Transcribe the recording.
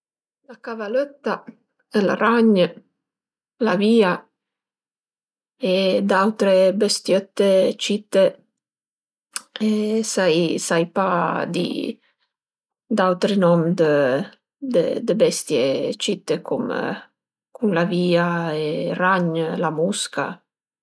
La cavalëtta, ël ragn, l'avìa e d'autre bëstiëtte cite, sai pa di d'autri nom dë bestie cite cum l'avìa, ël ragn, la musca